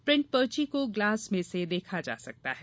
print पर्ची को glass मे से देखा जा सकता है